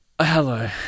Hello